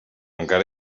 encara